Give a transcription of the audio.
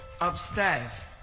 upstairs